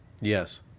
Yes